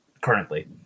currently